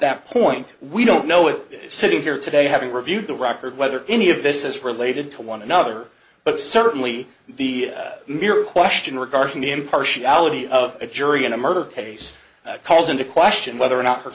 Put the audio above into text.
that point we don't know if sitting here today having reviewed the record whether any of this is related to one another but certainly the mere question regarding the impartiality of a jury in a murder case that calls into question whether or not